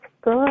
Good